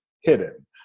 hidden